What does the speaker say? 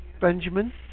Benjamin